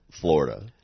Florida